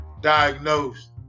diagnosed